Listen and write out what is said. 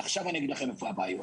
עכשיו הבעיות,